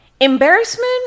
embarrassment